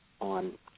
on